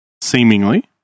seemingly